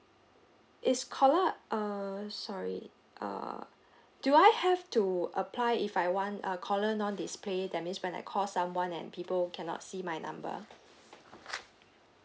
is caller uh sorry uh do I have to apply if I want a caller non-display that means when I call someone and people cannot see my number